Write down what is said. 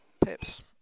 pips